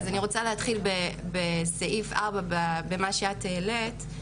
אז אני רוצה להתחיל בסעיף (4) במה שאת העלית.